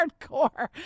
hardcore